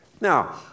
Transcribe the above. Now